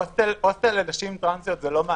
הוסטל לנשים טרנסיות זה לא מענה.